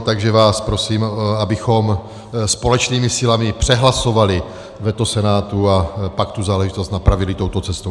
Takže vás prosím, abychom společnými silami přehlasovali veto Senátu a pak tu záležitost napravili touto cestou.